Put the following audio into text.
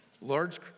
Large